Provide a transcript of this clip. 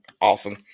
Awesome